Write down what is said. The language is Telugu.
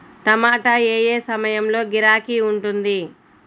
టమాటా ఏ ఏ సమయంలో గిరాకీ ఉంటుంది?